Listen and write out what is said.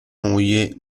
moglie